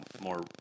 more